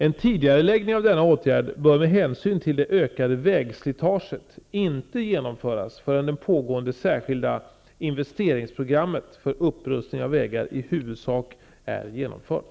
En tidigareläggning av denna åtgärd bör med hänsyn till det ökade vägslitaget inte genomföras förrän det pågående särskilda investeringsprogrammet för upprustning av vägar i huvudsak är genomfört.